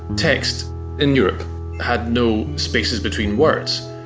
text in europe had no spaces between words.